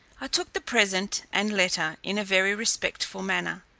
i took the present and letter in a very respectful manner,